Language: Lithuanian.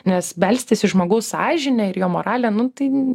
nes belstis į žmogaus sąžinę ir jo moralę nu tai